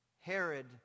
Herod